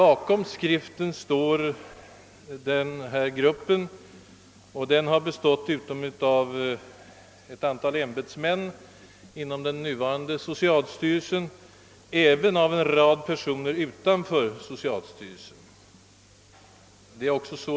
Arbetsgruppen har bestått av ett antal ämbetsmän inom den nuvarande socialstyrelsen och därtill av en rad personer utanför socialstyrelsen. Det skall f.ö.